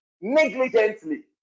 negligently